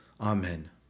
Amen